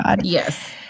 yes